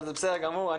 אבל זה בסדר גמור,